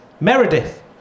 Meredith